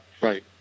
Right